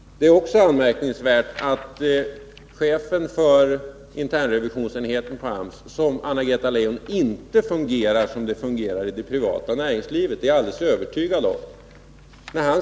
Det är anmärkningsvärt! Internrevisionsenheten på AMS, Anna-Greta Leijon, fungerar inte som i det privata näringslivet. Det är jag alldeles övertygad om.